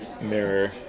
mirror